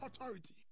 Authority